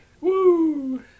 woo